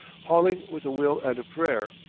hauling with a will and a prayer.